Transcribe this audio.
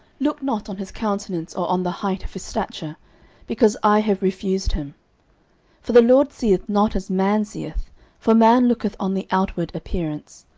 look not on his countenance, or on the height of his stature because i have refused him for the lord seeth not as man seeth for man looketh on the outward appearance,